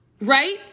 Right